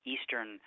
Eastern